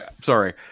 Sorry